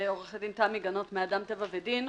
עורכת דין תמי גנות מ"אדם, טבע ודין".